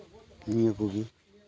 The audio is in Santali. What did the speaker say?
ᱱᱤᱭᱟᱹ ᱠᱚᱜᱮ